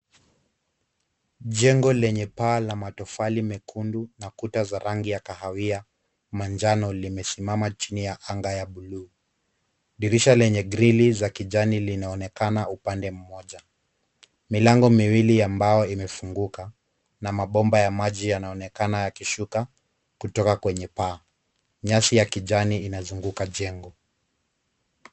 Jengo lenye paa la matofali mekundu na kuta za rangi ya kahawia manjano limesimama chini ya anga ya bluu. Dirisha lenye grili za kijani linaonekana upande mmoja. Milango miwili ya mbao imefunguka na mabomba ya maji yanaonekana yakishuka kutoka kwenye paa. Nyasi ya kijani inazunguka jengo.